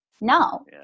no